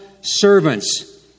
Servants